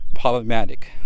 problematic